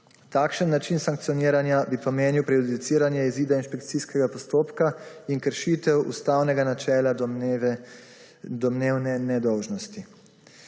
Takšen način sankcioniranja bi pomenil prejudiciranje izida inšpekcijskega postopka in kršitev ustavnega načela domnevne nedolžnosti.